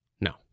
No